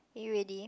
are you ready